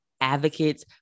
advocates